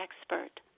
expert